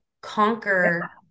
conquer